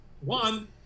one